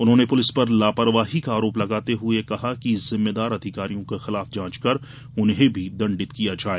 उन्होंने पुलिस पर लापरवाही का आरोप लगाते हुए कहा कि जिम्मेदार अधिकारियों के खिलाफ जांच कर उन्हें भी दंडित किया जाए